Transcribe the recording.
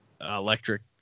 electric